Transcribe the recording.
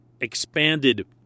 expanded